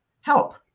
help